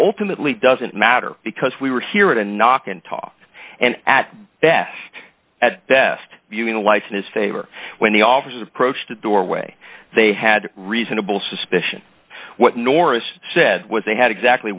ultimately doesn't matter because we were here to knock and talk and at best at best you can a life in his favor when the officers approached the doorway they had reasonable suspicion what norris said was they had exactly